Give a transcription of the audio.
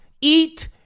eat